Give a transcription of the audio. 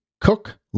cook